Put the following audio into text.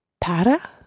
Para